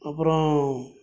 அப்புறோம்